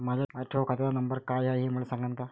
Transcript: माया ठेव खात्याचा नंबर काय हाय हे मले सांगान का?